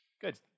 Good